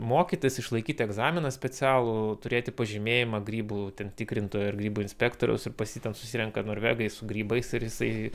mokytis išlaikyti egzaminą specialų turėti pažymėjimą grybų ten tikrintojo ar grybų inspektoriaus ir pas jį ten susirenka norvegai su grybais ir jisai